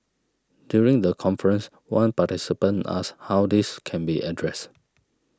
during the conference one participant asked how this can be addressed